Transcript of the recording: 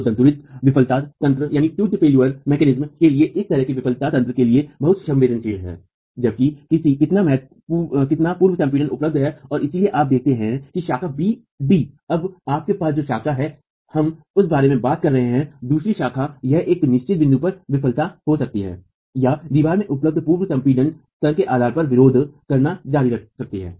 तो दन्तुरित विफलता तंत्र के लिए इस तरह की विफलता तंत्र के लिए बहुत संवेदनशील है कि कितना पूर्व संपीडन उपलब्ध है और इसलिए आप देखते हैं कि शाखा b d अब हमारे पास जो शाखा है हम उसके बारे में बात कर रहे हैं दूसरी शाखा यह एक निश्चित बिंदु पर विफल हो सकती है या दीवार में उपलब्ध पूर्व संपीडन स्तर के आधार पर विरोध करना जारी रख सकती है